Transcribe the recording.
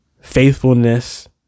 faithfulness